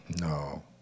No